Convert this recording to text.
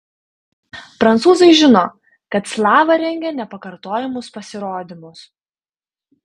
prancūzai žino kad slava rengia nepakartojamus pasirodymus